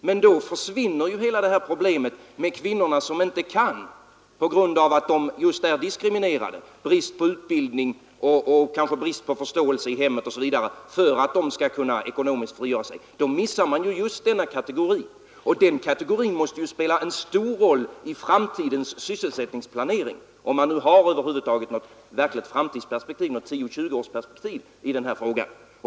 Men då försvinner alla de kvinnor som — just genom att de är diskriminerade på grund av brist på utbildning, kanske brist på förståelse i hemmet och så vidare — inte kan frigöra sig ekonomiskt. Då missar man just denna kategori, och den kategorin måste spela en stor roll i framtidens sysselsättningsplanering — om man nu har ett 10—20-årsperspektiv i den här frågan.